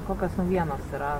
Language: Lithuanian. kokios naujienos yra